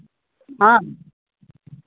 ᱦᱮᱸ